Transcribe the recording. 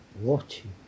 watching